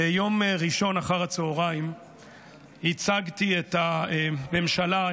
ביום ראשון אחר הצוהריים ייצגתי את הממשלה,